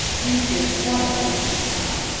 he stood quite four feet high.